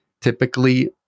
typically